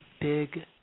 big